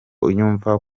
unyumva